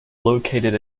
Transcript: located